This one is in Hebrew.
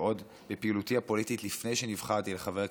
ועוד בפעילותי הפוליטית לפני שנבחרתי לחבר כנסת,